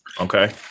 okay